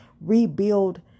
Rebuild